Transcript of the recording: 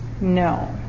No